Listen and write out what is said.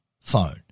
phone